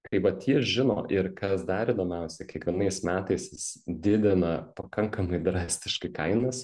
kai vat jis žino ir kas dar įdomiausia kiekvienais metais jis didina pakankamai drastiškai kainas